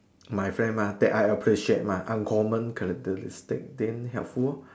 my friend mah that I appreciate mah uncommon characteristics then helpful lor